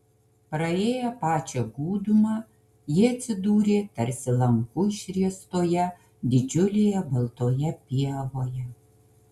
praėję pačią gūdumą jie atsidūrė tarsi lanku išriestoje didžiulėje baltoje pievoje